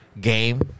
Game